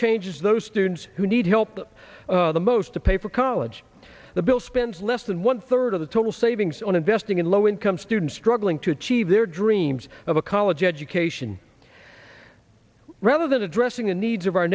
change those students who need help the most to pay for college the bill spends less than one third of the total savings on investing in low income students struggling to achieve their dreams of a college education rather than addressing the needs of our